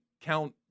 count